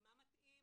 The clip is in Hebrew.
מה מתאים